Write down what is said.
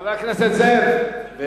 חבר הכנסת זאב,